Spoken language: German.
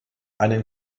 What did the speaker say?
einen